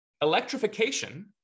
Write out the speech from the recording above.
Electrification